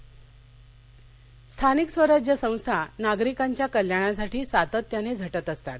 मिळकत कर विमा स्थानिक स्वराज्य संस्था नागरिकांच्या कल्याणासाठी सातत्याने झटत असतात